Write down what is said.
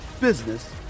business